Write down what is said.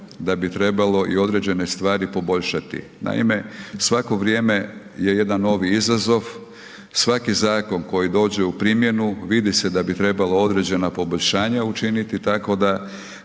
da bi trebalo i određene stvari poboljšati. Naime, svako vrijeme je jedan novi izazov, svaki zakon koji dođe u primjenu vidi se da bi trebalo određena poboljšanja učiniti, tako da